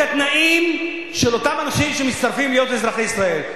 התנאים של אותם אנשים שמצטרפים להיות אזרחי ישראל.